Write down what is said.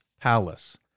palace